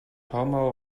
homo